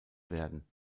werden